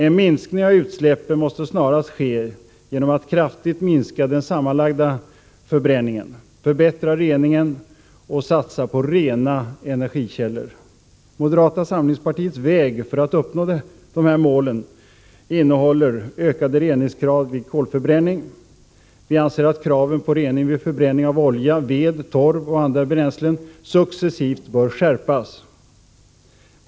En minskning av utsläppen måste snarast ske genom att man kraftigt minskar den sammanlagda förbränningen, förbättrar reningen och satsar på rena energikällor. Moderata samlingspartiets väg för att uppnå de här målen innebär bl.a. ökade reningskrav vid kolförbränning. Vi anser vidare att kraven på rening vid förbränning av olja, ved, torv och andra bränslen successivt bör skärpas.